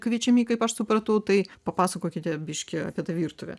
kviečiami kaip aš supratau tai papasakokite biškį apie tą virtuvę